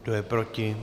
Kdo je proti?